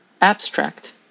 Abstract